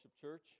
Church